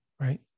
right